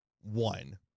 One